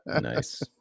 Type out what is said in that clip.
Nice